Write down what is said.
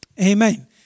Amen